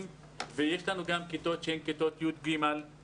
ויש לנו גם כיתות שהן כיתות י"גו-י"ד.